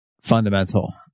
fundamental